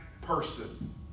person